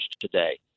today